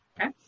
Okay